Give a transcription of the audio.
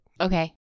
Okay